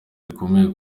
rikomeye